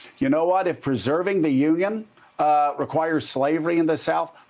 you know what if preserving the union requires slavery in the south,